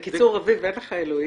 בקיצור, רביב, אין לך אלוהים.